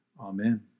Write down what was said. Amen